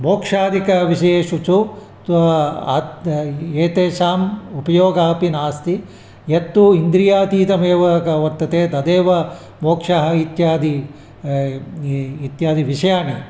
मोक्षादिकविषयेषु चु तु आत् एतेषाम् उपयोगः अपि नास्ति यत्तु इन्द्रियातीतमेव ग वर्तते तदेव मोक्षः इत्यादि इ इत्यादिविषयान्